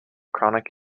chronic